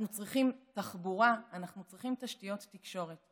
אנחנו צריכים תחבורה, אנחנו צריכים תשתיות תקשורת.